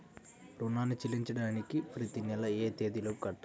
రుణాన్ని చెల్లించడానికి ప్రతి నెల ఏ తేదీ లోపు కట్టాలి?